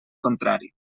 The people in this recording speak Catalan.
contrari